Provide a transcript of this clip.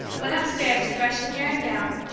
went upstairs to freshen hair and gown,